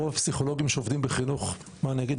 רוב הפסיכולוגים שעובדים בחינוך מה אני אגיד,